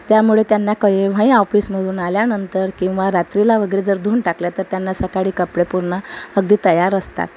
त्यामुळे त्यांना केव्हाही ऑफिसमधून आल्यानंतर किंवा रात्रीला वगैरे जर धूवून टाकलं तर त्यांना सकाळी कपडे पूर्ण अगदी तयार असतात